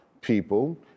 people